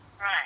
Right